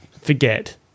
forget